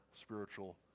spiritual